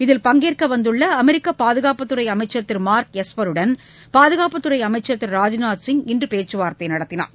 இதில் பங்கேற்க வந்துள்ள அமெரிக்க பாதுகாப்புத் துறை அமைச்சர் திரு மார்க் எஸ்பருடன் பாதுகாப்புத் துறை அமைச்சர் திரு ராஜ்நாத் சிங் இன்று பேச்சுவார்த்தை நடத்தினார்